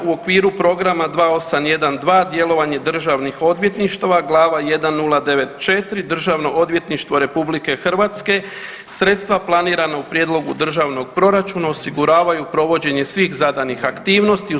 U okviru programa 2812 Djelovanje državnih odvjetništava glava 1094, Državno odvjetništvo RH, sredstva planirana u prijedlogu Državnog proračuna osiguravaju provođenje svih zadanih aktivnosti ureda.